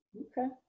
Okay